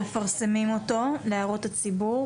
מפרסמים אותו להערות הציבור,